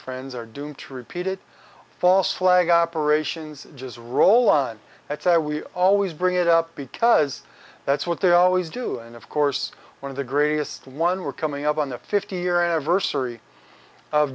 friends are doomed to repeat it false flag operations just roll on that's why we always bring it up because that's what they always do and of course one of the greatest and one we're coming up on the fifty year anniversary of